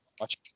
watch